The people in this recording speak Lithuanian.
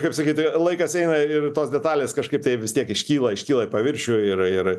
kaip sakyti laikas eina ir tos detalės kažkaip tai vis tiek iškyla iškyla į paviršių ir ir